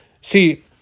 see